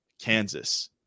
Kansas